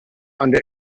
under